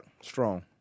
Strong